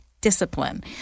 discipline